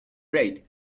bread